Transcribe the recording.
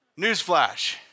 Newsflash